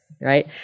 right